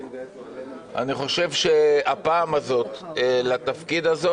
אני חושב שהפעם הזאת לתפקיד הזה